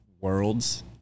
worlds